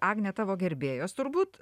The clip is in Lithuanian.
agne tavo gerbėjos turbūt